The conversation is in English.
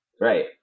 Right